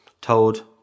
told